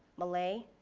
malay,